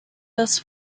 this